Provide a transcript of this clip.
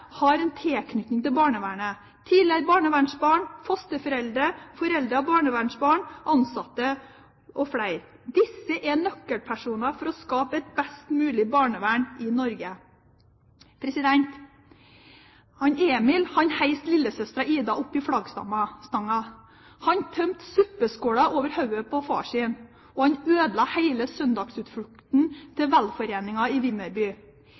har en tilknytning til barnevernet – tidligere barnevernsbarn, fosterforeldre, foreldre av barnevernsbarn, ansatte, og flere. Disse er nøkkelpersoner for å skape et best mulig barnevern i Norge. Emil heiste lillesøsteren Ida opp i flaggstangen, han tømte suppeskålen over hodet på sin far, og han ødela hele søndagsutflukten til velforeningen i Vimmerby.